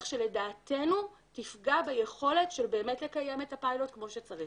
שלדעתנו תפגע ביכולת של באמת לקיים את הפיילוט כמו שצריך.